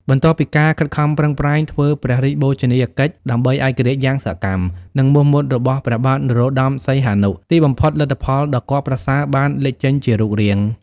បន្ទាប់ពីការខិតខំប្រឹងប្រែងធ្វើព្រះរាជបូជនីយកិច្ចដើម្បីឯករាជ្យយ៉ាងសកម្ម និងមោះមុតរបស់ព្រះបាទនរោត្ដម សីហនុ ទីបំផុតលទ្ធផលដ៏គាប់ប្រសើរបានលេចចេញជារូបរាង។